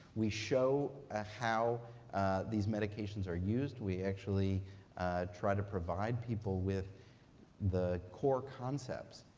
we show ah how these medications are used. we actually try to provide people with the core concepts,